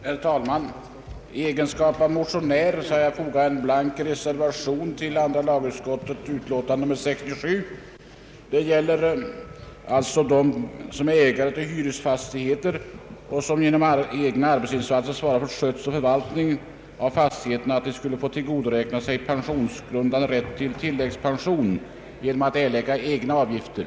Herr talman! I egenskap av motionär har jag fogat en blank reservation till andra lagutskottets utlåtande nr 67. I utlåtandet behandlas motioner om att den som äger hyresfastighet och som genom egna arbetsinsatser svarar för skötsel och förvaltning av fastigheterna borde få tillgodoräkna sig pensionsgrundande rätt till tilläggspension genom att erlägga egna avgifter.